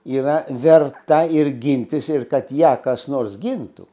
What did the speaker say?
yra verta ir gintis ir kad ją kas nors gintų